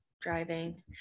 driving